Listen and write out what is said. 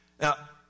Now